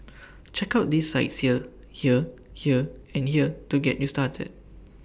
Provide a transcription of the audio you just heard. check out these sites here here here and here to get you started